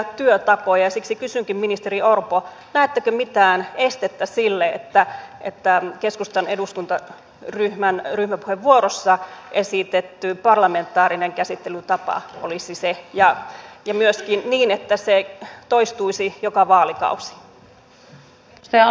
ja siksi kysynkin ministeri orpo näettekö mitään estettä sille että keskustan eduskuntaryhmän ryhmäpuheenvuorossa esitetty parlamentaarinen käsittelytapa olisi se ja että se myöskin toistuisi joka vaalikausi